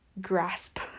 grasp